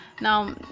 Now